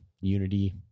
unity